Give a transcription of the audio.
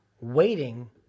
waiting